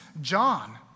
John